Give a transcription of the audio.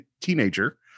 teenager